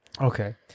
Okay